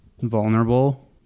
vulnerable